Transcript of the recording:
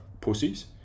pussies